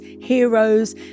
heroes